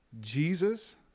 jesus